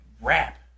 rap